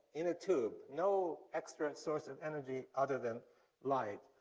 in a tube, no extra sources of energy other than light.